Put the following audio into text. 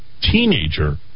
teenager